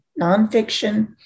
nonfiction